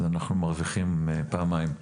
אז אנחנו מרוויחים פעמיים.